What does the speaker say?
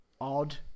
odd